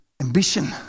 ambition